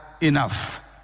enough